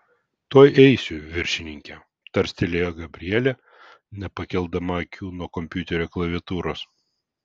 tuoj eisiu viršininke tarstelėjo gabrielė nepakeldama akių nuo kompiuterio klaviatūros